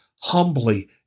humbly